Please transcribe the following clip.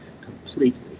completely